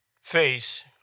face